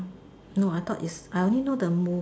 no I thought is I only know the mo